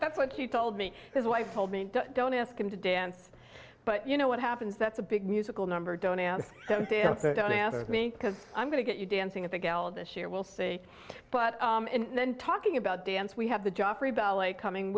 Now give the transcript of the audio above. that's what you told me his wife told me don't ask him to dance but you know what happens that's a big musical number don't and don't ask me because i'm going to get you dancing at the gala this year we'll say but and then talking about dance we have the joffrey ballet coming